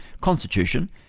constitution